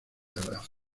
grace